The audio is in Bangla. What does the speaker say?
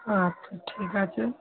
আচ্ছা ঠিক আছে